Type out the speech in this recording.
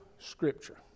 Scripture